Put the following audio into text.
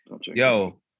Yo